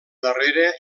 darrere